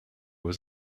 was